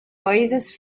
oasis